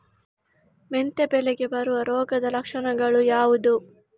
ಮೆಂತೆ ಬೆಳೆಗೆ ಬರುವ ರೋಗದ ಲಕ್ಷಣಗಳು ಯಾವುದು?